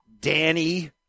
Danny